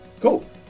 Cool